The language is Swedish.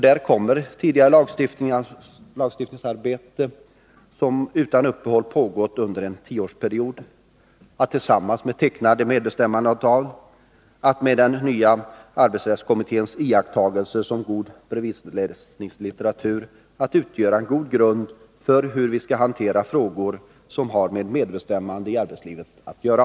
Där kommer tidigare lagstiftningsarbete, som utan uppehåll pågått under en tioårsperiod, att tillsammans med tecknade medbestämmandeavtal och med den nya arbetsrättskommitténs iakttagelser som god bredvidläsningslitteratur att utgöra en god grund för hur vi skall hantera frågor som har med medbestämmande i arbetslivet att göra.